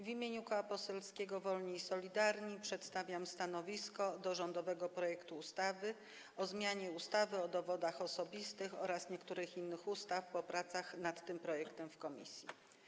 W imieniu Koła Poselskiego Wolni i Solidarni przedstawiam stanowisko odnośnie do rządowego projektu ustawy o zmianie ustawy o dowodach osobistych oraz niektórych innych ustaw po pracach nad tym projektem w komisji.